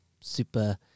super